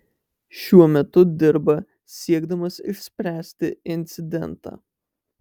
šiuo metu dirba siekdamas išspręsti incidentą